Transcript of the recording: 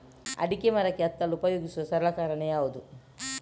ಅಡಿಕೆ ಮರಕ್ಕೆ ಹತ್ತಲು ಉಪಯೋಗಿಸುವ ಸಲಕರಣೆ ಯಾವುದು?